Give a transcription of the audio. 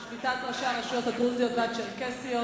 שביתת ראשי הרשויות הדרוזיות והצ'רקסיות,